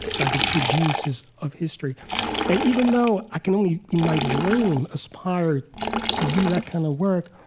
like the true geniuses of history and even though i can only in my dream aspire to do that kind of work,